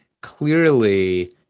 clearly